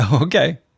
Okay